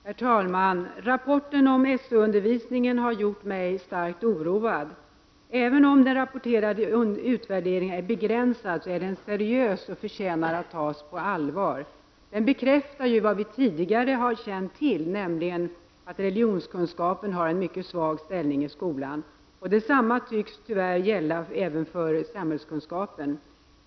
Herr talman! Rapporten om SO-undervisningen har gjort mig starkt oroad. Även om den rapporterade utvärderingen är begränsad är den seriös och förtjänar att tas på allvar. Den bekräftar vad vi redan tidigare känt till, nämligen att ämnet religionskunskap har en mycket svag ställning i skolan. Detsamma tycks, tyvärr, gälla ämnet samhällskunskap.